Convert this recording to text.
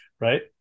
right